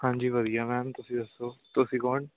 ਹਾਂਜੀ ਵਧੀਆ ਮੈਮ ਤੁਸੀਂ ਦੱਸੋ ਤੁਸੀਂ ਕੌਣ